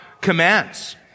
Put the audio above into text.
commands